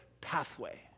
pathway